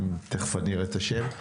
תיכף אני אראה את השם,